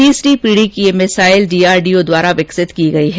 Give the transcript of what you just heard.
तीसरी पीढी की यह मिसाइल डीआरडीओ द्वारा विकसित की गयी है